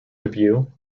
debut